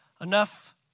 enough